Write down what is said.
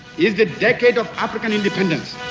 is the decade of african independence.